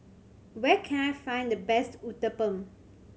where can I find the best Uthapam